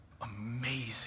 amazing